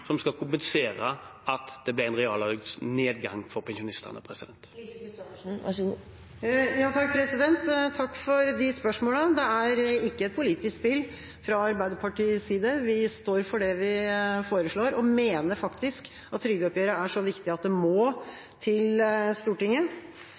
som skal kompensere for at det blir en reallønnsnedgang for pensjonistene. Takk for spørsmålene. Det er ikke et politisk spill fra Arbeiderpartiets side. Vi står for det vi foreslår, og mener faktisk at trygdeoppgjøret er så viktig at det må